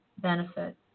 benefit